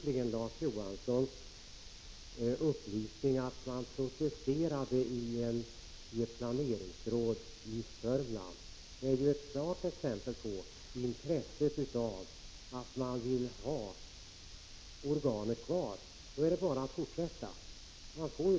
Larz Johanssons uppgift om protester som kommit från ett planeringsråd i Sörmland är egentligen ett klart exempel på det intresse som man har av att ha kvar detta organ. Detta är också möjligt, och det är då bara att fortsätta som hittills.